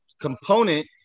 component